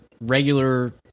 regular